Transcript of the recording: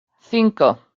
cinco